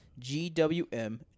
GWM